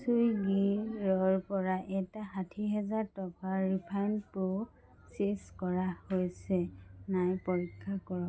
চুইগিৰ পৰা এটা ষাঠি হাজাৰ টকাৰ ৰিফাণ্ড প্ৰ'চেছ কৰা হৈছে নাই পৰীক্ষা কৰক